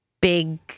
big